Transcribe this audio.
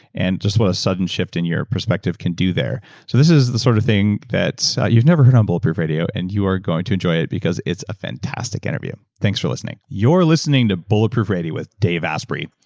and just what a sudden shift in your perspective can do there this is the sort of thing that you've never heard on bulletproof radio, and you are going to enjoy it because it's a fantastic interview. thanks for listening you're listening to bulletproof radio with dave asprey.